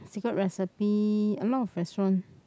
Secret Recipe a lot of restaurant